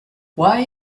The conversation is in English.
why